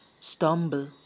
stumble